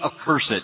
accursed